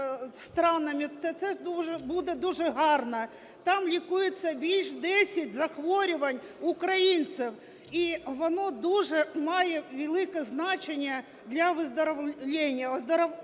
це буде дуже гарно. Там лікується більше десяти захворювань українців, і воно дуже має велике значення для оздоровлення